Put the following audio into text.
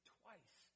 twice